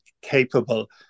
capable